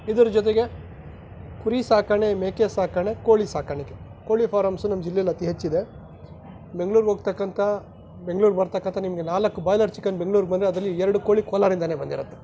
ಇದರ ಜೊತೆಗೆ ಕುರಿ ಸಾಕಣೆ ಮೇಕೆ ಸಾಕಣೆ ಕೋಳಿ ಸಾಕಾಣಿಕೆ ಕೋಳಿ ಫಾರಮ್ಸು ನಮ್ಮ ಜಿಲ್ಲೇಲಿ ಅತಿ ಹೆಚ್ಚಿದೆ ಬೆಂಗ್ಳೂರ್ಗೆ ಹೋಗ್ತಕ್ಕಂಥ ಬೆಂಗ್ಳೂರು ಬರತಕ್ಕಂಥ ನಿಮಗೆ ನಾಲ್ಕು ಬಾಯ್ಲರ್ ಚಿಕನ್ ಬೆಂಗ್ಳೂರ್ಗೆ ಬಂದರೆ ಅದರಲ್ಲಿ ಎರಡು ಕೋಳಿ ಕೋಲಾರಿಂದಾನೇ ಬಂದಿರುತ್ತೆ